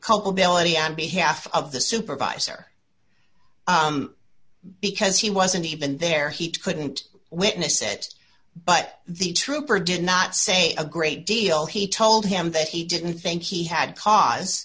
culpability on behalf of the supervisor because he wasn't even there he couldn't witness it but the trooper did not say a great deal he told him that he didn't think he had cause